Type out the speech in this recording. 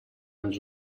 ens